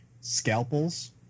scalpels